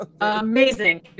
Amazing